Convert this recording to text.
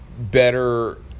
better